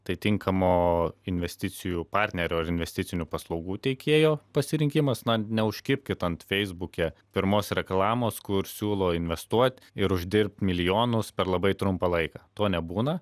tai tinkamo investicijų partnerio ar investicinių paslaugų teikėjo pasirinkimas na neužkibkit ant feisbuke pirmos reklamos kur siūlo investuot ir uždirbt milijonus per labai trumpą laiką to nebūna